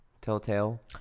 telltale